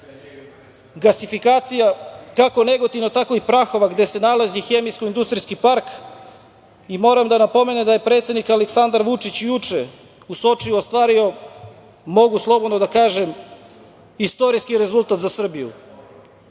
evra. Gasifikacija kako Negotina, tako i Prahova, gde se nalazi hemijsko-industrijski park, moram da napomenem da je predsednik Aleksandar Vučić juče u Sočiju ostvario, mogu slobodno da kažem, istorijski rezultat za Srbiju